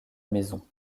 maison